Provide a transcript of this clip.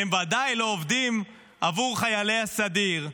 אתם ודאי לא עובדים עבור חיילי הסדיר,